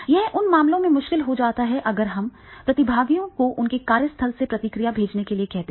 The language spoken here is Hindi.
यह उन मामलों में मुश्किल हो जाता है अगर हम प्रतिभागियों को उनके कार्यस्थल से प्रतिक्रिया भेजने के लिए कहते हैं